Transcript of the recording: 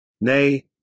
Nay